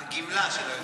הגמלה של היועץ המשפטי.